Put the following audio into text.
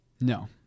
No